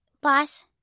boss